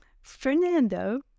Fernando